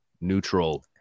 neutral